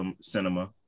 cinema